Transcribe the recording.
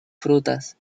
frutas